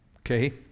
Okay